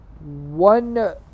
One